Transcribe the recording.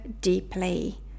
deeply